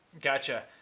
gotcha